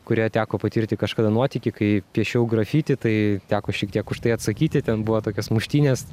kurioje teko patirti kažkada nuotykį kai piešiau grafitį tai teko šiek tiek už tai atsakyti ten buvo tokios muštynės